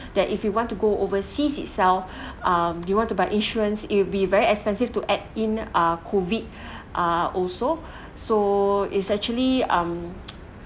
that if you want to go overseas itself um you want to buy insurance it'll be very expensive to add in ah COVID ah also so it's actually um